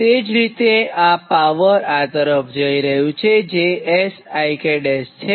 તે જ રીતે આ પાવર આ તરફ જઈ રહ્યું છે જે Sik છે